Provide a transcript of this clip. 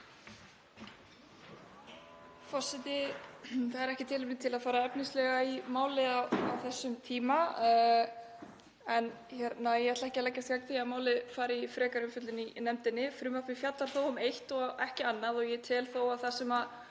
Forseti. Það er ekki tilefni til að fara efnislega í málið á þessum tíma en ég ætla ekki að leggjast gegn því að málið fari til frekari umfjöllunar í nefndinni. Frumvarpið fjallar þó um eitt og ekki annað og ég tel að það sem